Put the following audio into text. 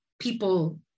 people